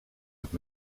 het